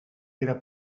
era